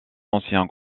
anciens